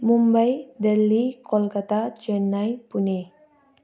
Mumbai Delhi Kolkata Chennai Pune